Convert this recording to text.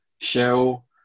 shell